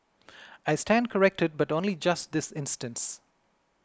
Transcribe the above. I stand corrected but only just this instance